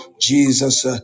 Jesus